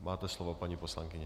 Máte slovo, paní poslankyně.